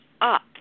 up